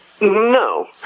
No